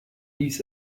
hieß